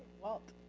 walt.